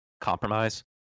compromise